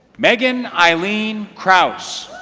megan eileen kraust